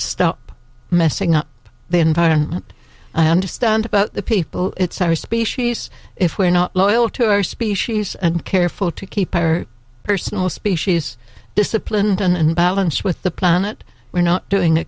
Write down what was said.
stop messing up the environment i understand about the people it's our species if we're not loyal to our species and careful to keep our personal species disciplined and balanced with the planet we're not doing a